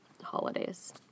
holidays